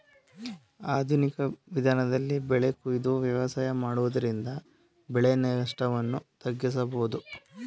ಆಧುನಿಕ ವಿಧಾನದಲ್ಲಿ ಬೆಳೆ ಕೊಯ್ದು ವ್ಯವಸಾಯ ಮಾಡುವುದರಿಂದ ಬೆಳೆ ನಷ್ಟವನ್ನು ತಗ್ಗಿಸಬೋದು